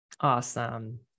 Awesome